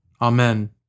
Amen